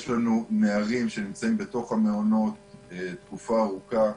יש לנו נערים שנמצאים בתוך המעונות תקופה ארוכה,